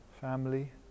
family